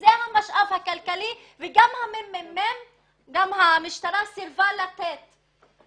זה המשאב הכלכלי וגם המשטרה סירבה לתת